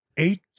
Eight